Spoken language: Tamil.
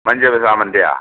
மஞ்சப்பூ சாமந்தியா